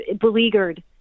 beleaguered